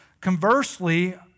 Conversely